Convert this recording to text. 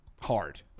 Hard